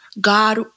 God